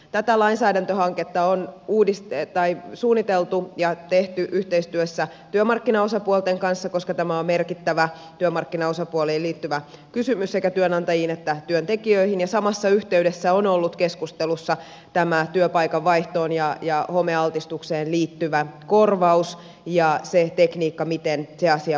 tätä lainsäädäntöhanketta on suunniteltu ja tehty yhteistyössä työmarkkinaosapuolten kanssa koska tämä on merkittävä työmarkkinaosapuoliin sekä työnantajiin että työntekijöihin liittyvä kysymys ja samassa yhteydessä on ollut keskustelussa tämä työpaikan vaihtoon ja homealtistukseen liittyvä korvaus ja tekniikka miten se asia voitaisiin hoitaa